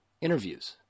interviews